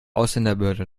ausländerbehörde